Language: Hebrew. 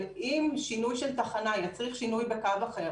אם שינוי של תחנה יצריך שינוי בקו אחר,